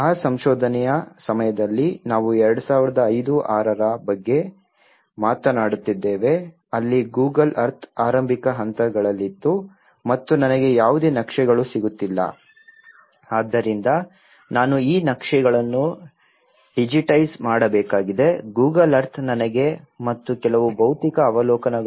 ಆ ಸಂಶೋಧನೆಯ ಸಮಯದಲ್ಲಿ ನಾವು 2005 2006 ರ ಬಗ್ಗೆ ಮಾತನಾಡುತ್ತಿದ್ದೇವೆ ಅಲ್ಲಿ ಗೂಗಲ್ ಅರ್ಥ್ ಆರಂಭಿಕ ಹಂತಗಳಲ್ಲಿತ್ತು ಮತ್ತು ನನಗೆ ಯಾವುದೇ ನಕ್ಷೆಗಳು ಸಿಗುತ್ತಿಲ್ಲ ಆದ್ದರಿಂದ ನಾನು ಈ ನಕ್ಷೆಗಳನ್ನು ಡಿಜಿಟೈಸ್ ಮಾಡಬೇಕಾಗಿದೆ ಗೂಗಲ್ ಅರ್ಥ್ ನನಗೆ ಮತ್ತು ಕೆಲವು ಭೌತಿಕ ಅವಲೋಕನಗಳು